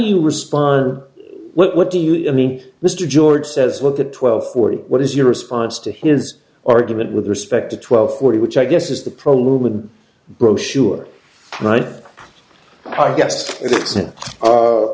you respond or what do you mean mr george says look at twelve forty what is your response to his argument with respect to twelve forty which i guess is the problem brochure right i guess